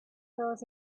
those